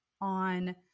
on